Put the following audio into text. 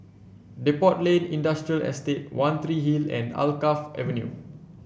Depot Lane Industrial Estate One Three Hill and Alkaff Avenue